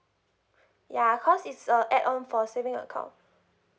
yeah cause it's uh add on for savings account